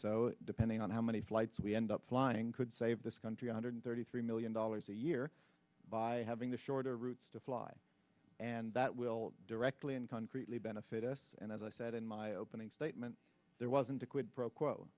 so depending on how many flights we end up flying could save this country a hundred thirty three million dollars a year by having the shorter routes to fly and that will directly and concretely benefit us and as i said in my opening statement there wasn't a quid pro quo